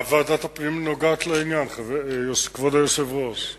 מה ועדת הפנים נוגעת לעניין, כבוד היושב-ראש?